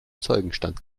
zeugenstand